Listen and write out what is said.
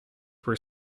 were